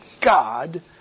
God